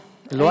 לא,